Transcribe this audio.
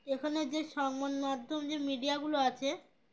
এখানে যে সংবাদ মাধ্যম যে মিডিয়া গুলো আছে